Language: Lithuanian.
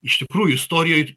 iš tikrųjų istorijoj